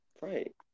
Right